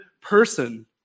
person